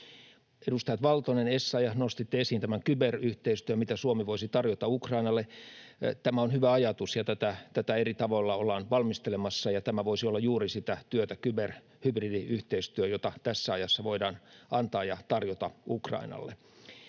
Edustajat Valtonen ja Essayah, nostitte esiin tämän kyberyhteistyön, mitä Suomi voisi tarjota Ukrainalle. Tämä on hyvä ajatus, ja tätä eri tavoilla ollaan valmistelemassa. Tämä kyber-, hybridiyhteistyö voisi olla juuri sitä työtä, jota tässä ajassa voidaan antaa ja tarjota Ukrainalle.